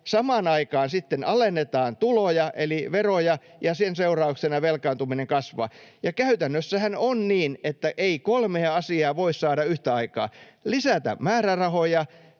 Samaan aikaan sitten alennetaan tuloja eli veroja, ja sen seurauksena velkaantuminen kasvaa. Käytännössähän on niin, että ei kolmea asiaa voi saada yhtä aikaa: lisätä määrärahoja,